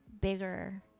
bigger